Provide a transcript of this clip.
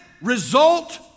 result